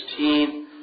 16